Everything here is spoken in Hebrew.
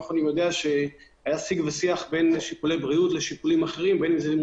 האחרונים יודע שהיה שיח בין הגורמים השונים ויש